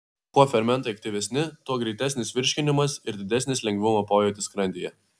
kuo fermentai aktyvesni tuo greitesnis virškinimas ir didesnis lengvumo pojūtis skrandyje